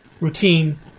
routine